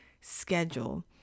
schedule